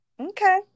Okay